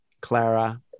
Clara